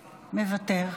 מוותר.